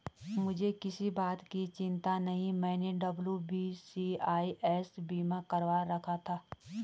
मुझे किसी बात की चिंता नहीं है, मैंने डब्ल्यू.बी.सी.आई.एस बीमा करवा रखा था